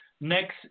Next